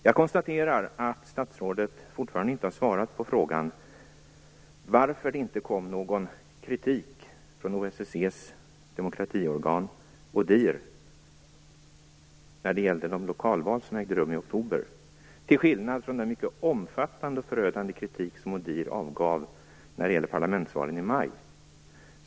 Jag konstaterar att statsrådet fortfarande inte har svarat på frågan varför det inte kom någon kritik från OSSE:s demokratiorgan ODIHR när det gällde de lokalval som ägde rum i oktober - till skillnad från den mycket omfattande och förödande kritik ODIHR avgav i fråga om parlamentsvalen i maj.